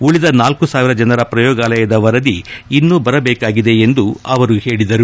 ಉಳಿದ ಳ ಸಾವಿರ ಜನರ ಪ್ರಯೋಗಾಲಯದ ವರದಿ ಇನ್ನು ಬರಬೇಕಾಗಿದೆ ಎಂದು ಅವರು ಹೇಳಿದರು